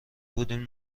بودیم